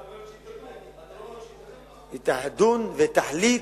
אתה אומר שהיא תדון, אתה לא אומר שהיא תחליט.